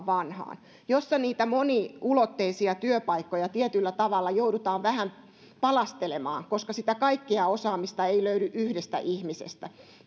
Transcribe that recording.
vanhaan ja niitä moniulotteisia työpaikkoja tietyllä tavalla joudutaan vähän palastelemaan koska sitä kaikkea osaamista ei löydy yhdestä ihmisestä